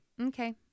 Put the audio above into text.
okay